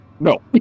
No